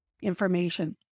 information